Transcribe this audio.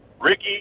Ricky